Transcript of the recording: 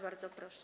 Bardzo proszę.